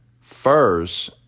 first